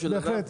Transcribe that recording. בהחלט.